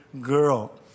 girl